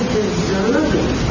deserving